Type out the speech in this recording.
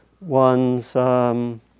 one's